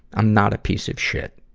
i'm not a piece of shit.